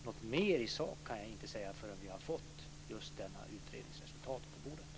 Något mer i sak kan jag inte säga förrän vi har fått just denna utrednings resultat på bordet.